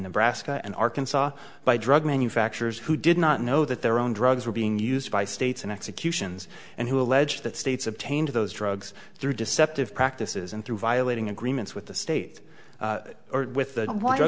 and brassica and arkansas by drug manufacturers who did not know that their own drugs were being used by states in executions and who allege that states obtained those drugs through deceptive practices and through violating agreements with the state or with the